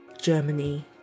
Germany